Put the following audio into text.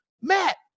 matt